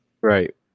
Right